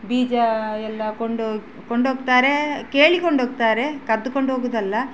ಬೀಜ ಎಲ್ಲ ಕೊಂಡು ಕೊಂಡೋಗ್ತಾರೆ ಕೇಳಿಕೊಂಡೋಗ್ತಾರೆ ಕದ್ದುಕೊಂಡು ಹೋಗೋದಲ್ಲ